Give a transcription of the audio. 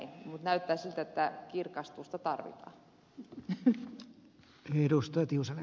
mutta näyttää siltä että kirkastusta tarvitaan